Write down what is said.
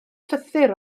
llythyr